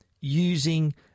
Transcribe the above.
using